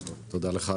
תודה לך,